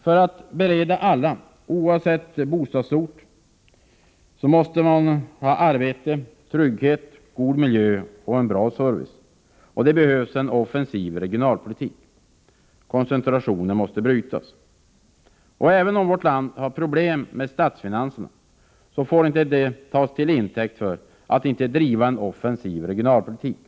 För att bereda alla oavsett bostadsort arbete, trygghet, god miljö och en bra service behövs det en offensiv regionalpolitik. Koncentrationen måste brytas. Även om vårt land har problem med statsfinanserna, får inte detta tas till intäkt för att inte driva en offensiv regionalpolitik.